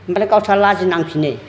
ओमफ्राय गावस्रा लाजि नांफिनो